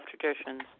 traditions